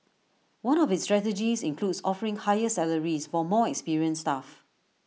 one of its strategies includes offering higher salaries for more experienced staff